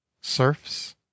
serfs